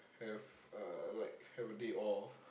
have uh what have a day off